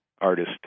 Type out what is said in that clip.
artist